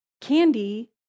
candy